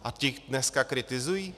A ti dneska kritizují?